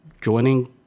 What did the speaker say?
joining